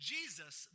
Jesus